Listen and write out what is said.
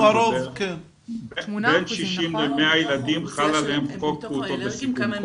בין 60-100 ילדים חל עליהם חוק פעוטות בסיכון.